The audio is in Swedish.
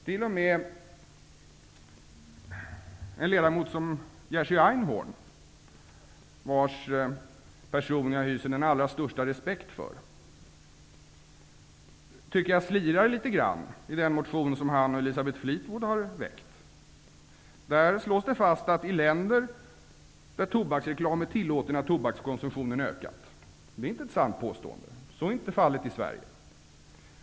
T.o.m. en ledamot som Jerzy Einhorn, vars person jag hyser den allra största repekt för, tycker jag slirar litet i den motion han och Elisabeth Fleetwood har väckt. Där slås det fast att i länder där tokbaksreklam är tillåten har tobakskonsumtionen ökat. Det är inte ett sant påstående. Så är inte fallet i Sverige.